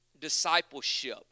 discipleship